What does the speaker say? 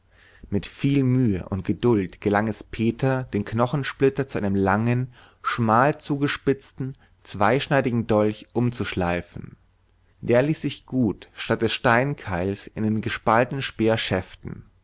mit viel mühe und geduld gelang es peter den knochensplitter zu einem langen schmal zugespitzten zweischneidigen dolch umzuschleifen der ließ sich gut statt des steinkeils in den gespaltenen